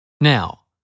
Now